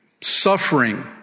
suffering